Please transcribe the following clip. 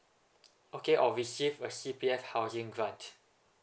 okay or received a C_P_F housing grant